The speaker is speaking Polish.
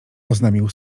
oznajmił